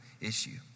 issue